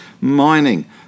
Mining